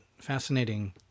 fascinating